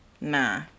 Nah